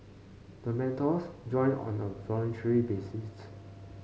the mentors join on a voluntary basis